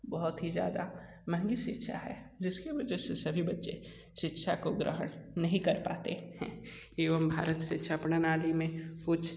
बहुत ही ज़्यादा महंगी शिक्षा है जिसकी वजह से सभी बच्चे शिक्षा को ग्रहण नहीं कर पाते हैं एवं भारत शिक्षा प्रणाली में कुछ